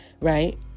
Right